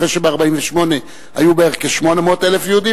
אחרי שב-1948 היו בערך כ-800,000 יהודים